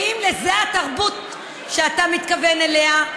ואם זו התרבות שאתה מתכוון אליה,